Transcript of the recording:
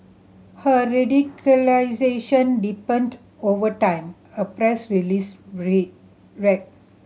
her radicalisation deepened over time a press release read read